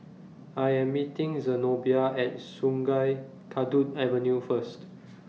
I Am meeting Zenobia At Sungei Kadut Avenue First